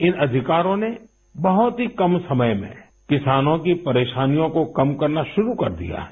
इन अधिकारों ने बहुत ही कम समय में किसानों की परेशानियों को कम करना शुरू कर दिया है